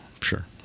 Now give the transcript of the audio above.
Sure